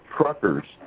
truckers